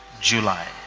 July